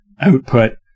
output